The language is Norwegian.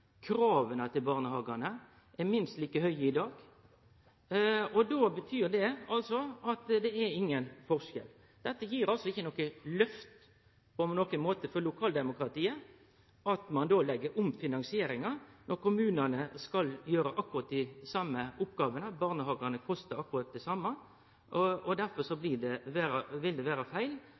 Krava til barnehagane er minst like høge i dag. Det er altså ingen forskjell. Det er ikkje på nokon måte noko lyft for lokaldemokratiet at ein legg om finansieringa når kommunane skal ha akkurat dei same oppgåvene og barnehagane kostar akkurat det same. Derfor vil det vere feil